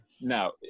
no